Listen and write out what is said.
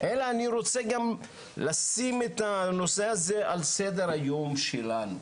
אלא אני רוצה גם לשים את הנושא הזה על סדר היום שלנו,